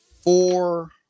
four